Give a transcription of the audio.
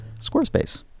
Squarespace